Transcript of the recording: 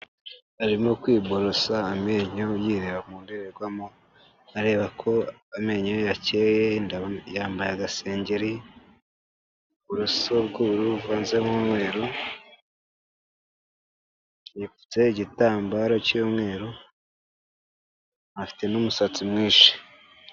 Arimo kwiborosa amenyo yireba mu ndorerwamo, areba ko amenyo ye yakeye, yambaye agasengeri, uburoso bw'ubururu buvanzemo umweru, yipfutse igitambaro cy'umweru afite n'umusatsi mwinshi.